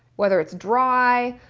whether it's dry,